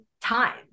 time